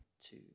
two